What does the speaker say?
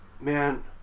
Man